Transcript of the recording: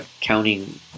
counting